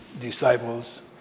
disciples